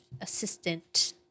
assistant